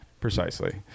Precisely